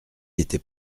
était